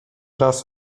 raz